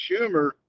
Schumer